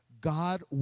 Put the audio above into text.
God